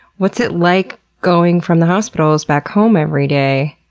what's it like going from the hospitals back home every day,